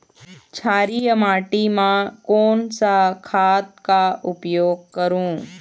क्षारीय माटी मा कोन सा खाद का उपयोग करों?